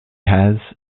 has